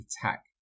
attack